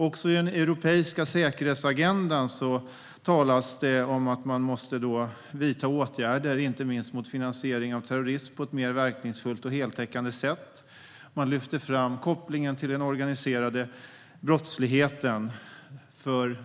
Också i den europeiska säkerhetsagendan talas det om att man måste vidta åtgärder mot inte minst finansieringen av terrorism på ett mer verkningsfullt och heltäckande sätt. Man lyfter fram kopplingen till den organiserade brottsligheten.